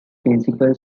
principal